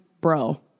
bro